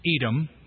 Edom